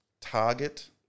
Target